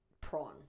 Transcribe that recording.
prawn